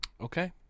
Okay